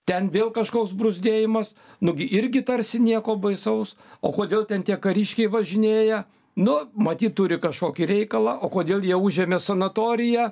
ten vėl kažkoks bruzdėjimas nugi irgi tarsi nieko baisaus o kodėl ten tie kariškiai važinėja nu matyt turi kažkokį reikalą o kodėl jie užėmė sanatoriją